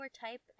type